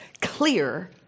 clear